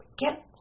get